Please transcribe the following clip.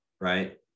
Right